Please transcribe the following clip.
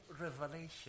revelation